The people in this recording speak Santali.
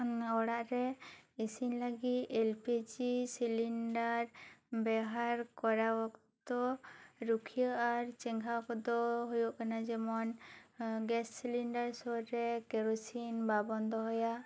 ᱚᱱᱟ ᱚᱲᱟᱜ ᱨᱮ ᱤᱥᱤᱱ ᱞᱟᱹᱜᱤᱫ ᱮᱞ ᱯᱤ ᱡᱤ ᱥᱤᱞᱤᱱᱰᱟᱨ ᱵᱮᱣᱦᱟᱨ ᱠᱚᱨᱟᱣ ᱚᱠᱛᱚ ᱨᱩᱠᱷᱤᱭᱟᱹ ᱟᱨ ᱪᱮᱸᱜᱷᱟᱣ ᱠᱚᱫᱚ ᱦᱩᱭᱩᱜ ᱠᱟᱱᱟ ᱡᱮᱢᱚᱱ ᱜᱮᱥ ᱥᱮᱞᱤᱱᱰᱟᱨ ᱥᱳᱨ ᱨᱮ ᱠᱮᱨᱚᱥᱤᱱ ᱵᱟᱵᱚᱱ ᱫᱚᱦᱚᱭᱟ